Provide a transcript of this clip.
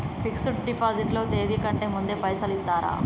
Fix డ్ deposit లో తేది కంటే ముందే పైసలు ఇత్తరా?